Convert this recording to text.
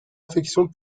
infection